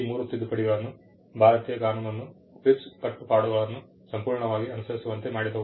ಈ ಮೂರು ತಿದ್ದುಪಡಿಗಳು ಭಾರತೀಯ ಕಾನೂನನ್ನು TRIPS ಕಟ್ಟುಪಾಡುಗಳನ್ನು ಸಂಪೂರ್ಣವಾಗಿ ಅನುಸರಿಸುವಂತೆ ಮಾಡಿದವು